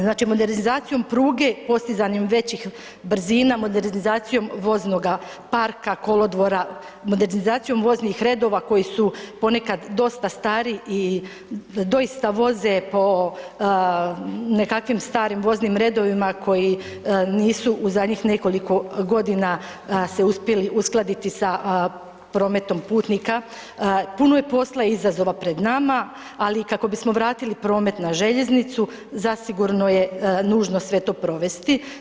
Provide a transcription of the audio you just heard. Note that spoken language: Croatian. Znači modernizacijom pruge i postizanjem većih brzina, modernizacijom voznoga parka, kolodvora, modernizacijom voznih redova koji su ponekad dosta stari i doista voze po nekakvim starim voznim redovima koji nisu u zadnjih nekoliko godina se uspjeli uskladiti sa prometom putnika, puno je posla i izazova pred nama, ali i kako bismo vratili promet na željeznicu zasigurno je nužno sve to provesti.